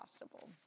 possible